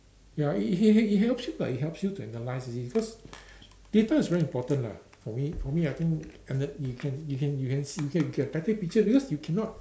ya it it it it helps you lah it helps you to analyse easily because data is very important lah for me for me I think and the you can you can you can you can get a better picture because you cannot